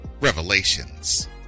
Revelations